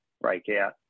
breakout